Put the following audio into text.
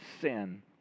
sin